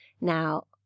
Now